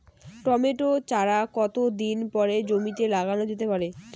Tomato চারা কতো দিন পরে জমিতে লাগানো যেতে পারে?